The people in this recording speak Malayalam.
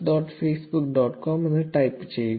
com എന്ന് ടൈപ്പ് ചെയ്യുക